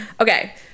Okay